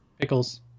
pickles